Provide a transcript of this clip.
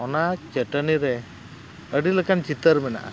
ᱚᱱᱟ ᱪᱟᱹᱴᱟᱹᱱᱤ ᱨᱮ ᱟᱹᱰᱤ ᱞᱮᱠᱟᱱ ᱪᱤᱛᱟᱹᱨ ᱢᱮᱱᱟᱜᱼᱟ